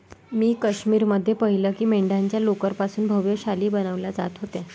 मी काश्मीर मध्ये पाहिलं की मेंढ्यांच्या लोकर पासून भव्य शाली बनवल्या जात होत्या